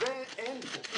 וזה אין פה.